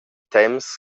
temps